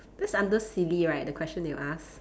that's under silly right the question that you ask